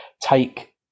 take